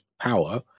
power